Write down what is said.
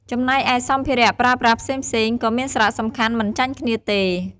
ចំណែកឯ សម្ភារៈប្រើប្រាស់ផ្សេងៗ ក៏មានសារៈសំខាន់មិនចាញ់គ្នាទេ។